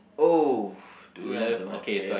oh durian is my favourite